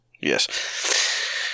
Yes